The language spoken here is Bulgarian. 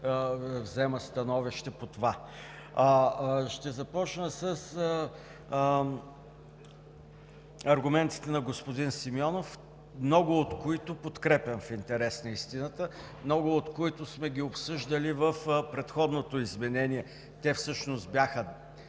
взема становище. Ще започна с аргументите на господин Симеонов, много от които подкрепям в интерес на истината, много от които сме обсъждали в предходното изменение. Два пъти всъщност